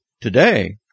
Today